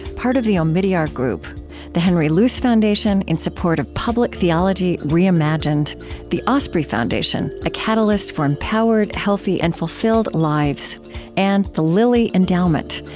part of the omidyar group the henry luce foundation, in support of public theology reimagined the osprey foundation a catalyst for empowered, healthy, and fulfilled lives and the lilly endowment,